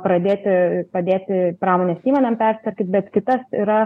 pradėti padėti pramonės įmonėm persitvarkyt bet kitas yra